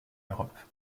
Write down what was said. europe